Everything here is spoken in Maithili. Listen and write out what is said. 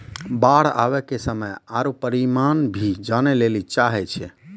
बाढ़ आवे के समय आरु परिमाण भी जाने लेली चाहेय छैय?